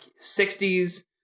60s